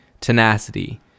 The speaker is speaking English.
tenacity